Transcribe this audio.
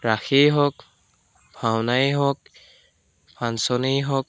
ৰাসেই হওক ভাওনাই হওক ফাংচনেই হওক